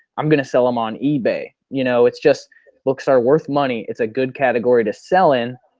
i'm going to sell them on ebay. you know it's just books are worth money. it's a good category to sell in.